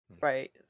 right